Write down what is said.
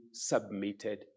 Submitted